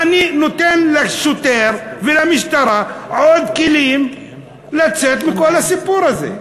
אני נותן לשוטר ולמשטרה עוד כלים לצאת מכל הסיפור הזה.